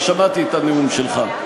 אני שמעתי את הנאום שלך.